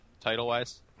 title-wise